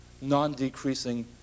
non-decreasing